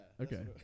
okay